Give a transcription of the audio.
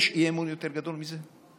יש אי-אמון יותר גדול מזה?